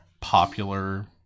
popular